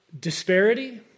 Disparity